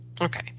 Okay